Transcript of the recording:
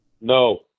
No